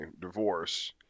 divorce